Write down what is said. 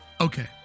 Okay